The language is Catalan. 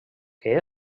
que